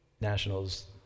nationals